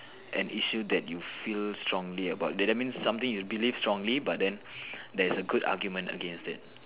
an issue that you feel strongly about that that means something you believe strongly but then there's a good argument against it